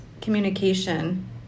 communication